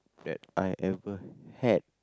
that I ever had